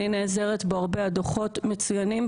אני נעזרת בו הרבה והדוחות הם באמת מצוינים,